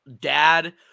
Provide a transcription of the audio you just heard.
dad